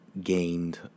gained